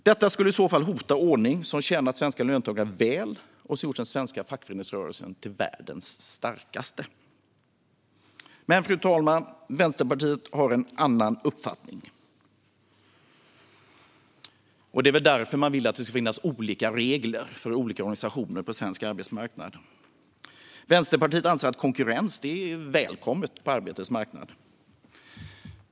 Detta skulle i så fall hota en ordning som tjänat svenska löntagare väl och som gjort den svenska fackföreningsrörelsen till världens starkaste. Fru talman! Vänsterpartiet har en annan uppfattning. Det är väl därför man vill att det ska finnas olika regler för olika organisationer på svensk arbetsmarknad. Vänsterpartiet anser att konkurrens är välkommet på arbetets marknad.